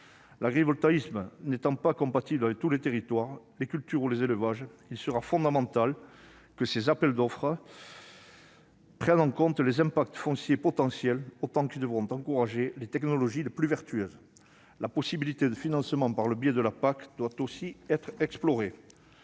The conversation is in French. L'agrivoltaïsme n'étant pas compatible avec tous les territoires, toutes les cultures ou tous les élevages, il sera fondamental que ces appels d'offres prennent en compte les impacts fonciers potentiels et encouragent les technologies les plus vertueuses. La possibilité d'un financement par le biais de la PAC doit aussi être explorée.